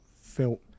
felt